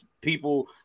people